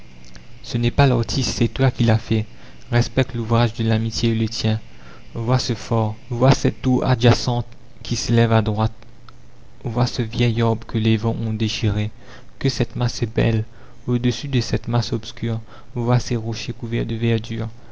ce n'est pas l'artiste c'est toi qui l'as fait respecte l'ouvrage de l'amitié et le tien vois ce phare vois cette tour adjacente qui s'élève à droite vois ce vieil arbre que les vents ont déchiré que cette masse est belle au-dessous de cette masse obscure vois ces rochers couverts de verdure